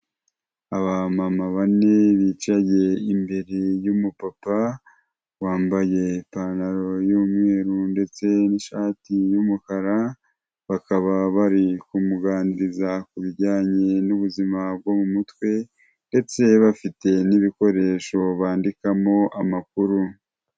Abamama bane bicaye imbere y'umupapa, wambaye ipantaro y'umweru ndetse n'ishati y'umukara, bakaba bari kumuganiriza ku bijyanye n'ubuzima bwo mu mutwe ndetse bafite n'ibikoresho bandikamo amakuru.